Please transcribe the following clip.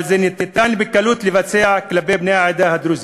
אבל זה ניתן בקלות לביצוע כלפי בני העדה הדרוזית,